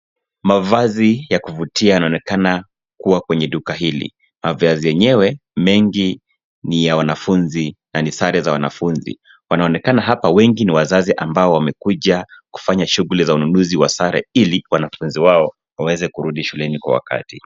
Mavazi ya kuvutia yanaonekana kuwa kwenye duka hili. Mavazi yenyewe mengi ni ya wanafunzi na ni sare za wanafunzi. Wanaoonekana hapa wengi ni wazazi ambao wamekuja kufanya shughuli za sare ili wanafunzi wao waweze kurudi shuleni kwa wakati.